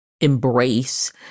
embrace